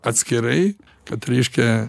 atskirai kad reiškia